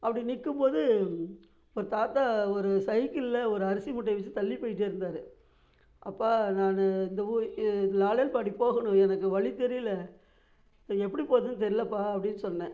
அப்படி நிற்கும்போது ஒரு தாத்தா ஒரு சைக்கிளில் ஒரு அரிசி மூட்டையை வச்சு தள்ளி போயிட்டே இருந்தாரு அப்பா நானும் இந்த ஊர் லாலியாழ்பாடி போகணும் எனக்கு வழி தெரியல எப்பாடி போகிறதுன்னு தெரிலப்பா அப்படின்னு சொன்ன